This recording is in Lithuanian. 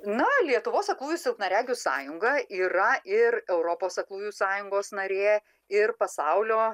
na lietuvos aklųjų silpnaregių sąjunga yra ir europos aklųjų sąjungos narė ir pasaulio